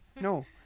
No